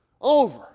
over